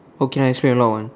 okay I still haven't on